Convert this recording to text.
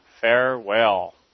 farewell